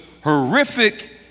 horrific